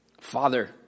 Father